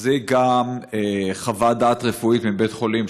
מחזיק גם חוות דעת רפואית מבית חולים,